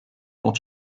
dont